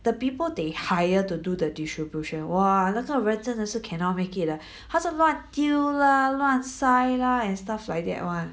the people they hire to do the distribution 哇那个人真的是 cannot make it lah 他是乱丢啦乱塞啦 and stuff like that